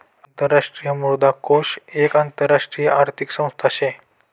आंतरराष्ट्रीय मुद्रा कोष एक आंतरराष्ट्रीय आर्थिक संस्था शे